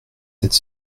cette